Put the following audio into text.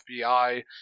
FBI